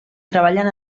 treballen